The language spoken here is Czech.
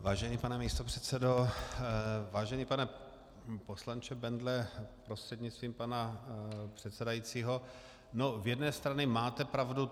Vážený pane místopředsedo, vážený pane poslanče Bendle prostřednictvím pana předsedajícího, z jedné strany máte pravdu.